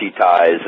ties